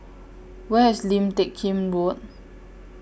Where IS Lim Teck Kim Road